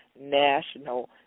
National